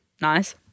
Nice